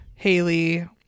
Haley